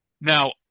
now